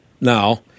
now